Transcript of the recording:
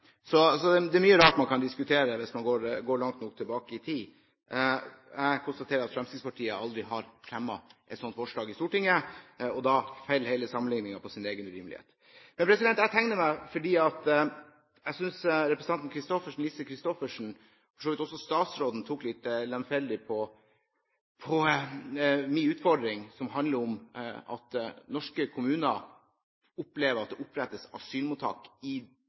det er mye rart man kan diskutere hvis man går langt nok tilbake i tid. Jeg konstaterer at Fremskrittspartiet aldri har fremmet et slikt forslag i Stortinget, og da faller hele sammenligningen på sin egen urimelighet. Jeg tegnet meg fordi jeg synes representanten Lise Christoffersen, og for så vidt også statsråden, tok litt lett på min utfordring, som handler om at norske kommuner opplever at det opprettes asylmottak midt i